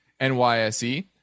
NYSE